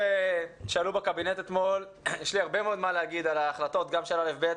יש לי הרבה מאוד מה להגיד על ההחלטות שעלו בקבינט אתמול,